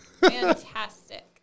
Fantastic